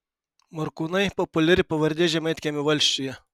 morkūnai populiari pavardė žemaitkiemio valsčiuje